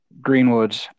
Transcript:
Greenwood